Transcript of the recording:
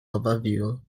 overview